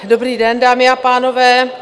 Dobrý den, dámy a pánové.